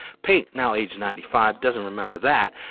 pate, now age ninety five, doesn't remember that,